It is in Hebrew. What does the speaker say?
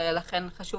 ולכן היה לנו חשוב